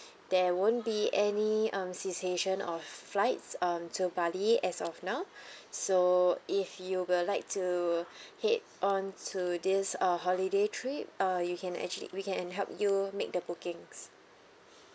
there won't be any um cessation of flights um to bali as of now so if you will like to head on to this uh holiday trip uh you can actually we can help you make the bookings